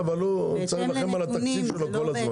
אבל הוא צריך להילחם על התקציב שלו כל הזמן